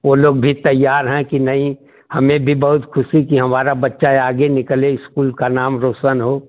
वो लोग भी तैयार हैं कि नहीं हमें भी बहुत खुशी की हमारा बच्चा है आगे निकले स्कूल का नाम रोशन हो